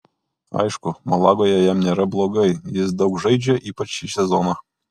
aišku malagoje jam nėra blogai jis daug žaidžia ypač šį sezoną